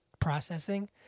processing